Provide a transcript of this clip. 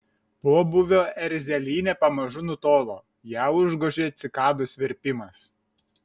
pobūvio erzelynė pamažu nutolo ją užgožė cikadų svirpimas